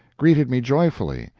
greeted me joyfully,